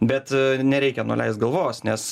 bet nereikia nuleist galvos nes